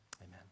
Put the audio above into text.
amen